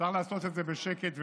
אפשר לעשות את זה בשקט ולהגיד: